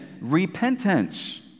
repentance